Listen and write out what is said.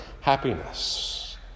happiness